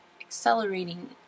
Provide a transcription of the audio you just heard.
accelerating